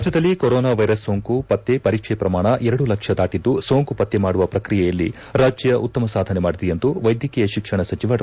ರಾಜ್ಯದಲ್ಲಿ corona virus ಸೋಂಕು ಪತ್ತೆ ಪರೀಕ್ಷೆ ಪ್ರಮಾಣ ಎರಡು ಲಕ್ಷ ದಾಟಿದ್ದು ಸೋಂಕು ಪತ್ತೆ ಮಾಡುವ ಪ್ರಕ್ರಿಯೆಯಲ್ಲಿ ರಾಜ್ಯ ಉತ್ತಮ ಸಾಧನೆ ಮಾಡಿದೆ ಎಂದು ವೈದ್ಯಕೀಯ ಶಿಕ್ಷಣ ಸಚಿವ ಡಾ